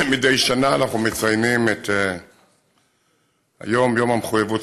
מדי שנה אנחנו מציינים את יום המחויבות